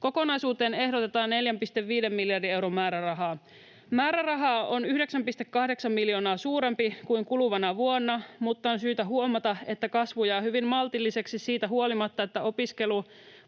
Kokonaisuuteen ehdotetaan 4,5 miljardin euron määrärahaa. Määräraha on 9,8 miljoonaa suurempi kuin kuluvana vuonna, mutta on syytä huomata, että kasvu jää hyvin maltilliseksi siitä huolimatta, että